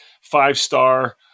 five-star